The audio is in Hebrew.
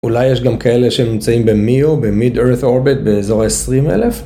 אולי יש גם כאלה שהם נמצאים ב-MEO, ב-Mid-Earth Orbit, באזור ה-20,000.